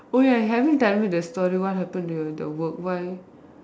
oh ya haven't you tell me the story what happen to your the work why